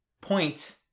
point